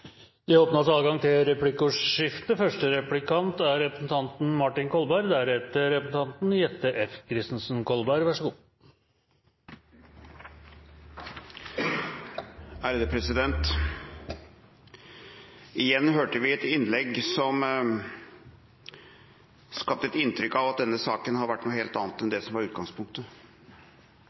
Det blir replikkordskifte. Første replikant er representanten Martin Kolberg, deretter representanten Jette F. Christensen. Igjen hørte vi et innlegg som skapte et inntrykk av at denne saken har vært noe helt annet enn det som var utgangspunktet.